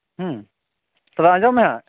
ᱦᱩᱸ ᱛᱚᱵᱮ ᱟᱸᱡᱚᱢ ᱢᱮ